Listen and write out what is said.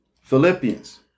Philippians